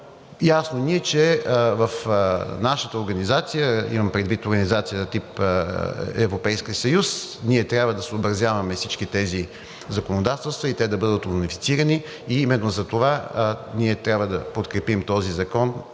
Ясно ни е обаче, че в нашата организация, имам предвид организация тип Европейски съюз, ние трябва да съобразяваме всички тези законодателства и те да бъдат унифицирани, и именно затова ние трябва да подкрепим този закон